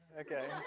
Okay